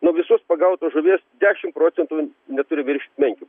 nuo visos pagautos žuvies dešim procentų neturi viršyt menkių